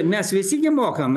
mes visi gi mokam